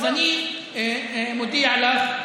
אז אני מודיע לך,